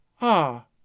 Ah